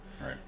right